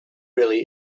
really